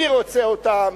אני רוצה אותן,